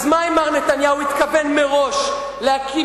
אז מה אם מר נתניהו התכוון מראש להקים